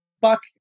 Buck